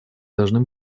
должны